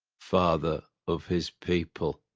father of his people.